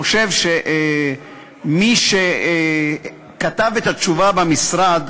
אני חושב שמי שכתב את התשובה במשרד,